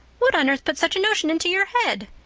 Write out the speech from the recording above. what on earth put such a notion into your head?